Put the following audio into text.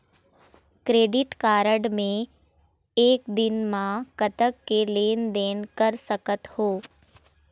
Credit card मे एक दिन म कतक के लेन देन कर सकत हो?